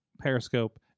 Periscope